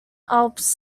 alps